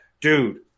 dude